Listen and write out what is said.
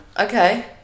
Okay